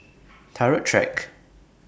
Turut Track